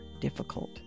difficult